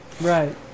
Right